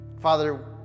Father